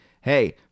hey